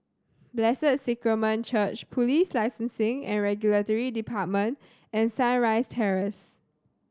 Blessed Sacrament Church Police Licensing and Regulatory Department and Sunrise Terrace